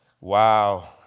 Wow